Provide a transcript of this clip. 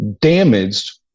damaged